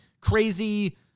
crazy